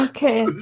Okay